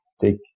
take